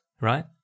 Right